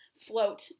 float